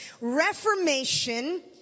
Reformation